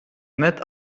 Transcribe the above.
net